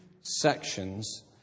sections